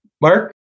Mark